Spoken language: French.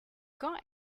quand